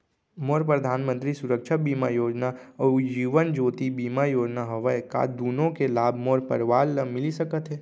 मोर परधानमंतरी सुरक्षा बीमा योजना अऊ जीवन ज्योति बीमा योजना हवे, का दूनो के लाभ मोर परवार ल मिलिस सकत हे?